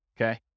Okay